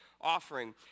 offering